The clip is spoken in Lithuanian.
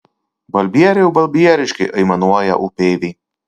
balbieriau balbieriški aimanuoja upeiviai